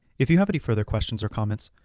if you have any further questions or comments,